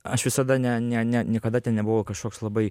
aš visada ne ne ne niekada nebuvo kažkoks labai